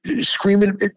screaming